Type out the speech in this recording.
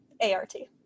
A-R-T